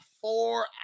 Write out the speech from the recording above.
four